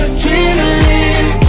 Adrenaline